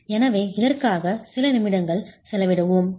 எனவே இதற்காக சில நிமிடங்கள் செலவிடுவோம்